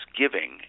giving